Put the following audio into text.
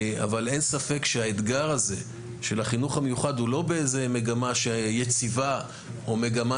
אבל אין ספק שהאתגר הזה של החינוך המיוחד הוא לא במגמה יציבה או במגמה